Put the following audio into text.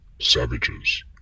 savages